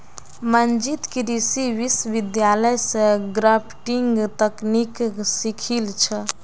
मंजीत कृषि विश्वविद्यालय स ग्राफ्टिंग तकनीकक सीखिल छ